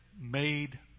made